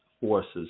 forces